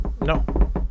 No